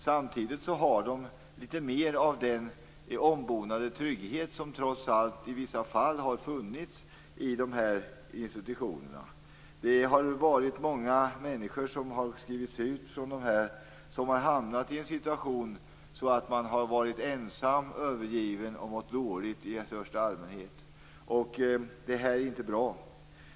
Samtidigt har de litet mer av den ombonade trygghet som trots allt i vissa fall har funnits i institutionerna. Det har varit många människor som har skrivits ut från dessa som har hamnat i en sådan situation att de varit ensamma, övergivna och mått dåligt i största allmänhet. Det är inte bra.